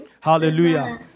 Hallelujah